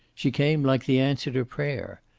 she came like the answer to prayer,